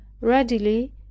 readily